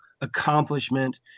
accomplishment